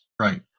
right